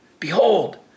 Behold